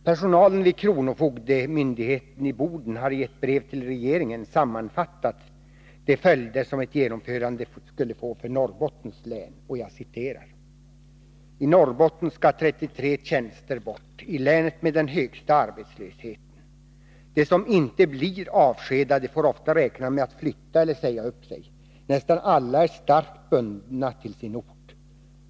Personalen vid kronofogdemyndigheten i Boden har i ett brev till regeringen sammanfattat de konsekvenser som ett genomförande skulle få för Norrbottens län: ”I Norrbotten ska 33 tjänster bort — i länet med den högsta arbetslösheten. De som inte blir avskedade får ofta räkna med att flytta eller säga upp sig — nästan alla är starkt bundna till sin ort.